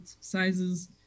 sizes